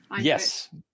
Yes